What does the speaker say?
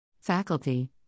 Faculty